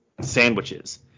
sandwiches